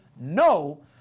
no